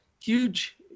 huge